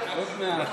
רצה הקדוש ברוך הוא,